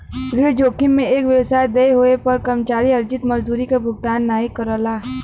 ऋण जोखिम में एक व्यवसाय देय होये पर कर्मचारी अर्जित मजदूरी क भुगतान नाहीं करला